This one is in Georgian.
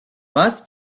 მას